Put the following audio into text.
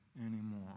anymore